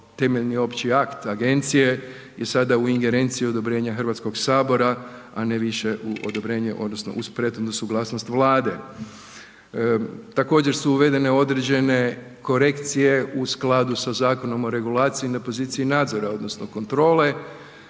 temeljni opći akt agencije i sada u ingerenciji odobrenja Hrvatskog sabora, a ne više u odobrenje odnosno uz prethodnu suglasnost Vlade. Također su uvedene određene korekcije u skladu sa Zakonom o regulaciji na poziciji nadzora odnosno kontrole